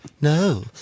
No